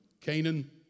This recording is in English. Canaan